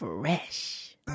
Fresh